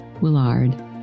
Willard